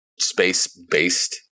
space-based